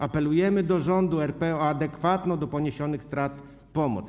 Apelujemy do rządu RP o adekwatną do poniesionych strat pomoc.